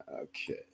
Okay